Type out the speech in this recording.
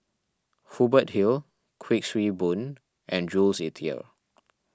Hubert Hill Kuik Swee Boon and Jules Itier